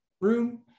room